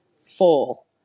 full